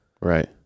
Right